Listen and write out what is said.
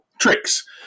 tricks